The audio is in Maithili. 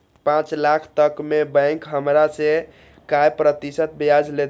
पाँच लाख तक में बैंक हमरा से काय प्रतिशत ब्याज लेते?